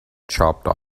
chopped